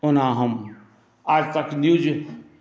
ओना हम आज तक न्यूज